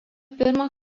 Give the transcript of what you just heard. pirmą